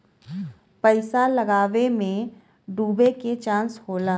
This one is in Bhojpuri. पइसा लगावे मे डूबे के चांस होला